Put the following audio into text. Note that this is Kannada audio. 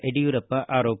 ಯಡಿಯೂರಪ್ಪ ಆರೋಪ